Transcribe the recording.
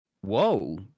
whoa